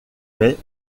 mais